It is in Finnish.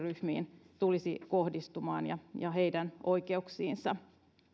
tulisi kohdistumaan eri ryhmiin ja heidän oikeuksiinsa